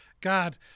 God